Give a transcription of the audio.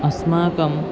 अस्माकं